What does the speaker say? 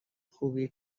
خوبی